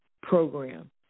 program